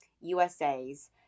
USA's